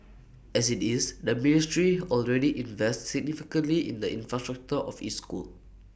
as IT is the ministry already invests significantly in the infrastructure of IT school